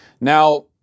Now